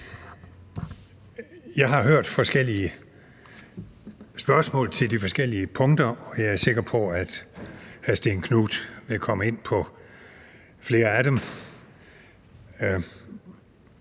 Jeg har hørt forskellige spørgsmål til de forskellige punkter, og jeg er sikker på, at hr. Stén Knuth vil komme ind på flere af dem.